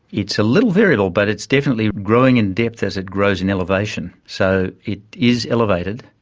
it's a little variable but it's definitely growing in depth as it grows in elevation. so it is elevated,